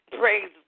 praise